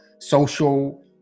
social